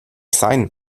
sein